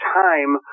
time